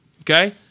Okay